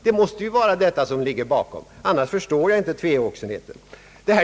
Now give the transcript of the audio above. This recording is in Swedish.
Det måste ju ligga till på det sättet, annars förstår jag inte tvehågsenheten.